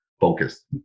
focus